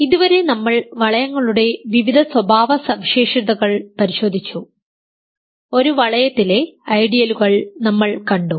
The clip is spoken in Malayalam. ഇതുവരെ നമ്മൾ വളയങ്ങളുടെ വിവിധ സ്വഭാവസവിശേഷതകൾ പരിശോധിച്ചു ഒരു വളയത്തിലെ ഐഡിയലുകൾ നമ്മൾ കണ്ടു